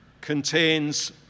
contains